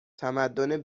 تمدن